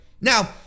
now